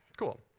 cool.